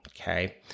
Okay